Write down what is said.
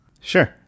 Sure